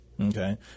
Okay